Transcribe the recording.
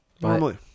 normally